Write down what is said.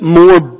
more